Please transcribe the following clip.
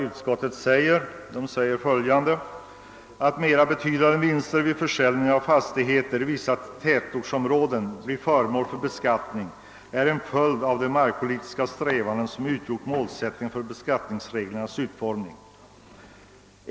Utskottet säger: »Att mera betydande vinster vid försäljning av fastigheter i vissa tätortsområden blir föremål för beskattning är en följd av de markpolitiska strävanden, som utgjort målsättningen vid beskattningsreglernas utformning.